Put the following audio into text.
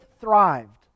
thrived